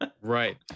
right